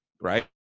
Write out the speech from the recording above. right